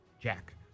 Jack